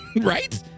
right